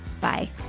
Bye